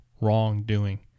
wrongdoing